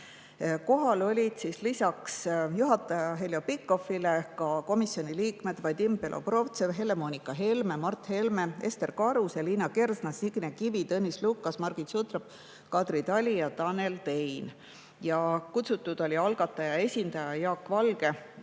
Kohal olid lisaks juhataja Heljo Pikhofile ka komisjoni liikmed Vadim Belobrovtsev, Helle-Moonika Helme, Mart Helme, Ester Karuse, Liina Kersna, Signe Kivi, Tõnis Lukas, Margit Sutrop, Kadri Tali ja Tanel Tein. Kutsutud olid algataja esindaja Jaak Valge,